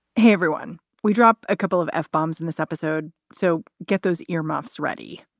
hey, everyone. we drop a couple of f bombs in this episode, so get those earmuffs ready